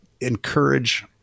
encourage